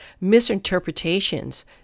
misinterpretations